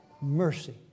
mercy